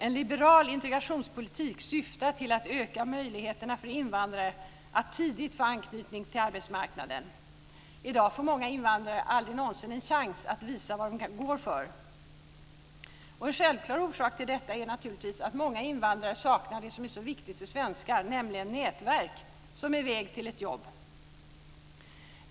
En liberal integrationspolitik syftar till att öka möjligheterna för invandrare att tidigt få anknytning till arbetsmarknaden. I dag är det många invandrare som aldrig någonsin får en chans att visa vad de går för. En självklar orsak till detta är att många invandrare saknar det som är så viktigt för svenskar, nämligen det nätverk som är vägen till ett jobb.